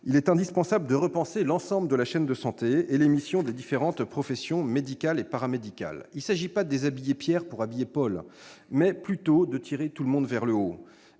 il est indispensable de repenser l'ensemble de la chaîne de santé et les missions des différentes professions médicales et paramédicales. Il s'agit non pas de déshabiller Pierre pour habiller Paul, mais plutôt de tirer tout le monde vers le haut-